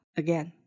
again